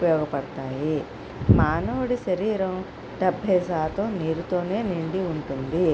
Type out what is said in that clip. ఉపయోగపడతాయి మానవుడి శరీరం డెభై శాతం నీరుతోనే నిండి ఉంటుంది